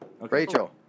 Rachel